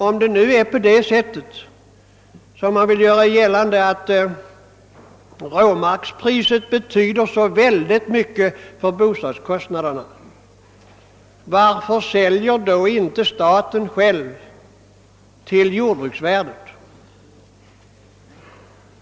Om det nu är på det sättet, som man vill göra gällande, att råmarkspriset betyder så väldigt mycket för byggnadskostnaderna, finns det anledning att ställa frågan: Varför säljer då inte staten själv till jordbruksvärdet?